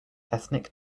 ethnic